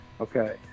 Okay